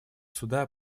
суда